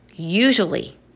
Usually